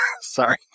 sorry